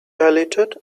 dilated